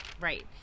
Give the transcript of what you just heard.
Right